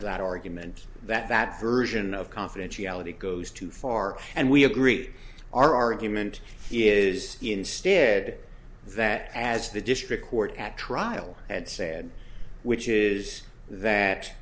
that argument that that version of confidentiality goes too far and we agree our argument is instead that as the district court at trial had said which is that